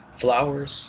flowers